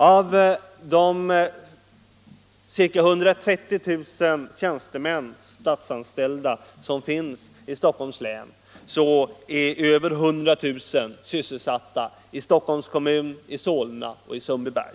Av de cirka 130 000 statsanställda tjänstemän som finns i Stockholms län är över 100 000 sysselsatta i Stockholms kommun, Solna och Sundbyberg.